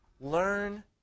Learn